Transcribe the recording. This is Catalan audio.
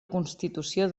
constitució